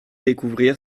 découvrir